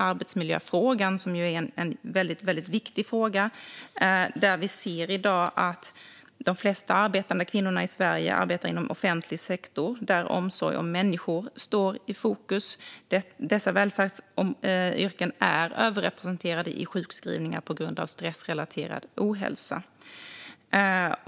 Arbetsmiljöfrågan är en väldigt viktig fråga. I dag ser vi att de flesta arbetande kvinnor i Sverige arbetar inom offentlig sektor, där omsorg om människor står i fokus. Dessa välfärdsyrken är överrepresenterade när det gäller sjukskrivningar på grund av stressrelaterad ohälsa.